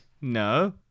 No